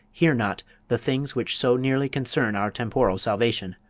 hear not, the things which so nearly concern our temporal salvation?